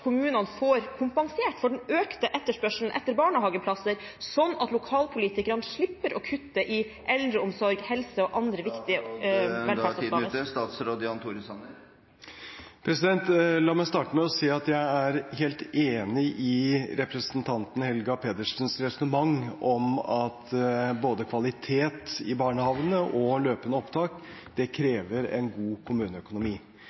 kommunene får kompensert for den økte etterspørselen etter barnehageplasser sånn at lokalpolitikerne slipper å kutte i eldreomsorg, helse og andre viktige velferdsoppgaver? La meg starte med å si at jeg er helt enig i representanten Helga Pedersens resonnement om at både kvalitet i barnehagene og løpende opptak